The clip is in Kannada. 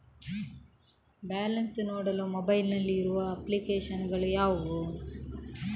ಬ್ಯಾಲೆನ್ಸ್ ನೋಡಲು ಮೊಬೈಲ್ ನಲ್ಲಿ ಇರುವ ಅಪ್ಲಿಕೇಶನ್ ಗಳು ಯಾವುವು?